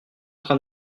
train